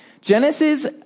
Genesis